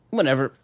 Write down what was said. Whenever